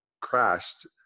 crashed